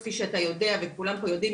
כפי שאתה יודע וכולם יודעים,